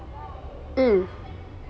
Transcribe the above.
mm